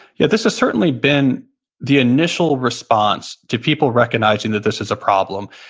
yeah this is certainly been the initial response to people recognizing that this is a problem,